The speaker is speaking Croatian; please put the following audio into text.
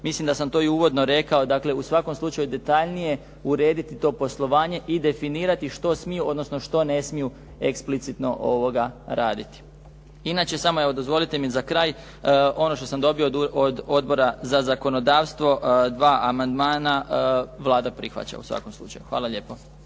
mislim da sam to i uvodno rekao, dakle u svakom slučaju detaljnije urediti to poslovanje i definirati što smiju, odnosno što ne smiju eksplicitno raditi. Inače, samo evo dozvolite mi za kraj, ono što sam dobio od Odbora za zakonodavstvo, dva amandmana Vlada prihvaća u svakom slučaju. Hvala lijepo.